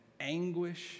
anguish